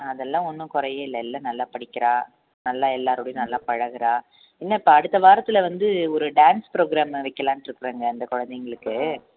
அதெல்லாம் ஒன்றும் குறையே இல்லை எல்லாம் நல்லா படிக்கிறாள் நல்லா எல்லோருடையும் நல்லா பழகுறாள் இன்றும் இப்போ அடுத்த வாரத்தில் வந்து ஒரு டான்ஸ் ப்ரோக்ராம்மு வைக்கலான்ருக்கிறோங்க அந்த குழந்தைங்களுக்கு